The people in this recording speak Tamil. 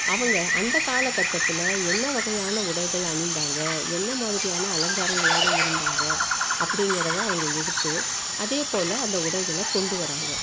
அவங்க அந்த காலகட்டத்தில் என்ன வகையான உடைகள் அணிந்தாங்க என்ன மாதிரியான அலங்காரங்களோடு இருந்தாங்க அப்படிங்கிறத அவங்க எடுத்து அதே போல் அந்த உடைகளை கொண்டு வர்றாங்க